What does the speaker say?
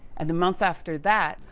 and the month after that,